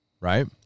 Right